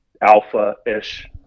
alpha-ish